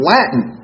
Latin